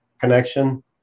connection